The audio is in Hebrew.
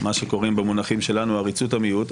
מה שקוראים במונחים שלנו עריצות המיעוט.